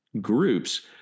groups